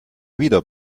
wieder